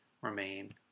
remain